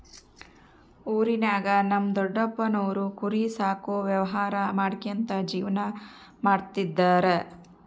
ಊರಿನಾಗ ನಮ್ ದೊಡಪ್ಪನೋರು ಕುರಿ ಸಾಕೋ ವ್ಯವಹಾರ ಮಾಡ್ಕ್ಯಂತ ಜೀವನ ಮಾಡ್ತದರ